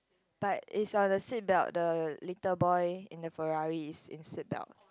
but it's on the seatbelt the little boy in the Ferrari is in seatbelt